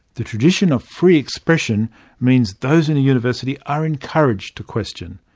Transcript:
the tradition of free expression means those in a university are encouraged to question.